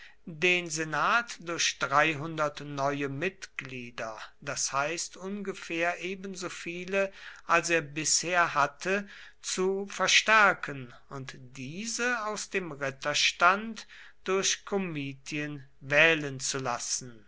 den senat durch neue mitglieder das heißt ungefähr ebenso viele als er bisher hatte zu verstärken und diese aus dem ritterstand durch komitien wählen zu lassen